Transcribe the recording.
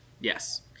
Yes